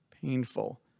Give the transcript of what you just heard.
painful